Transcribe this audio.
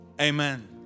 amen